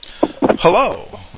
Hello